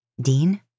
Dean